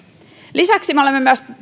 lisäksi me olemme